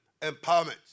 empowerment